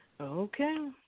Okay